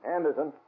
Anderson